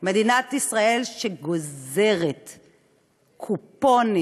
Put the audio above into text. מדינת ישראל, שגוזרת קופונים